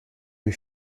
rue